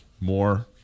More